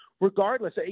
regardless